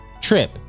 trip